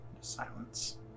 Silence